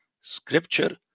Scripture